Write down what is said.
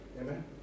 Amen